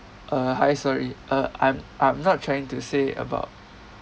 uh hi sorry uh I'm I'm not trying to say about